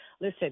listen